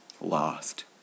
Lost